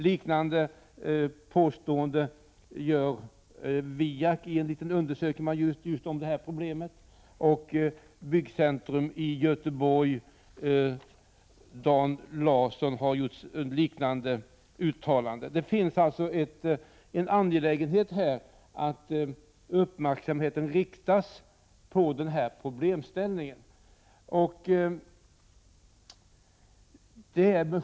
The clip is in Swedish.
Liknande påståenden gör VIAK i en liten undersökning och Dan Larsson på Byggcentrum i Göteborg AB. Det finns alltså enighet om det angelägna i att uppmärksamhet riktas på denna problemställning.